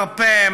מרפא,